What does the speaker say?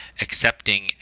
accepting